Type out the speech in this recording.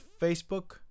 Facebook